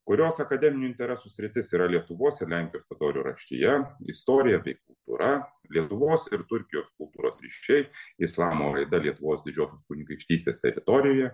kurios akademinių interesų sritis yra lietuvos ir lenkijos totorių raštija istorija bei kultūra lietuvos ir turkijos kultūros ryšiai islamo raida lietuvos didžiosios kunigaikštystės teritorijoje